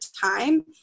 time